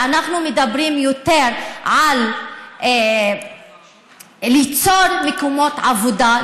ואנחנו מדברים יותר על ליצור מקומות עבודה,